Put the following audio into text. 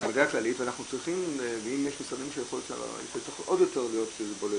ואם יש משרדים שיכול להיות שהאיש צריך להיות עוד יותר בולט,